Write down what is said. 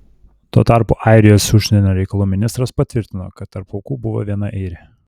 tuo tarpu airijos užsienio reikalų ministras patvirtino kad tarp aukų buvo viena airė